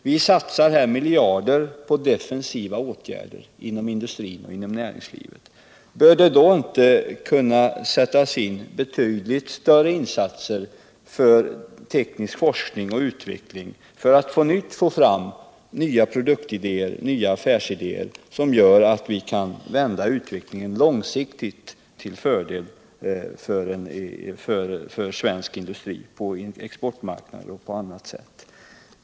Vi satsar miljarder på defensiva åtgärder inom industrin och näringslivet. Bör det inte göras betydligt större insatser för teknisk forskning och utveckling för att få fram nya produktidéer och nya affärsidéer, som gör att vi på sikt kan vända utvecklingen till fördel för svensk industri på exportmarknaden och på annat sätt?